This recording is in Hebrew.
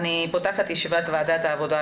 אני פותחת את ישיבת ועדת העבודה,